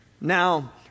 Now